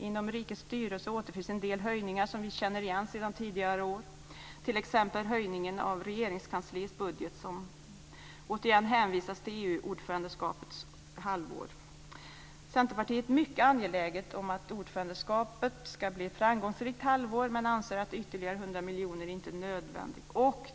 Inom området Rikets styrelse återfinns en del höjningar som vi känner igen sedan tidigare år, t.ex. höjningen av Regeringskansliets budget, där det återigen hänvisas till EU-ordförandeskapets halvår. Centerpartiet är mycket angeläget om att ordförandeskapet ska bli ett framgångsrikt halvår men anser att ytterligare 100 miljoner kronor inte är nödvändigt.